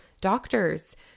doctors